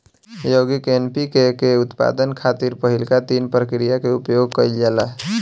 यौगिक एन.पी.के के उत्पादन खातिर पहिलका तीन प्रक्रिया के उपयोग कईल जाला